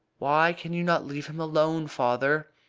why can you not leave him alone, father?